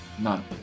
None